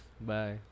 Bye